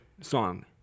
song